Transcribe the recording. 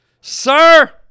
Sir